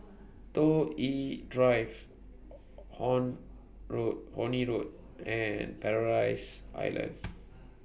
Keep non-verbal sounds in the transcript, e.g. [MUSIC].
Toh Yi Drive [UNINTELLIGIBLE] Honey Road Horne Road and Paradise Island